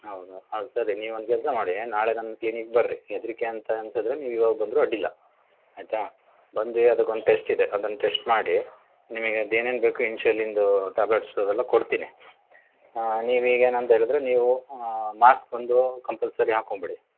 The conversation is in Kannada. ಹೌದಾ ಹೌದಾ ಸರಿ ನೀವೊಂದು ಕೆಲಸ ಮಾಡಿ ನಾಳೆ ನನ್ನ ಕ್ಲಿನಿಕ್ ಬರ್ರಿ ಹೆದರಿಕೆ ಅಂತ ಅನ್ಸಿದ್ರೆ ನೀವು ಇವಾಗ ಬಂದ್ರೂ ಅಡ್ಡಿಲ್ಲ ಆಯ್ತಾ ಬಂದು ಅದಕ್ಕೊಂದು ಟೆಶ್ಟ್ ಇದೆ ಅದನ್ನು ಟೆಶ್ಟ್ ಮಾಡಿ ನಿಮಗೆ ಅದೇನೇನು ಬೇಕು ಇನ್ಶಲಿಂದೂ ಟ್ಯಾಬ್ಲೆಟ್ಸ್ ಅವೆಲ್ಲ ಕೊಡ್ತೀನಿ ನೀವೀಗ ಏನಂತೆ ಹೇಳಿದರೆ ನೀವು ಮಾಸ್ಕ್ ಒಂದು ಕಂಪಲ್ಸರಿ ಹಾಕ್ಕೊಂಡ್ಬಿಡಿ